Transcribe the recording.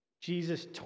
Jesus